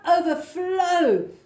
overflow